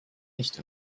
nicht